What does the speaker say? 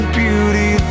beauty